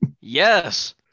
yes